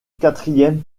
quatrième